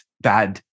bad